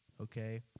Okay